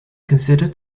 considered